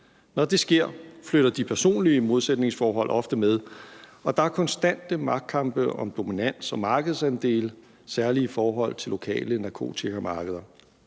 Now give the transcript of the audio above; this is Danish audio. Når det sker, flytter de personlige modsætningsforhold ofte med, og der er konstante magtkampe om dominans og markedsandele, særlig i forhold til lokale narkotikamarkeder.